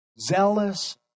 zealous